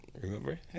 Remember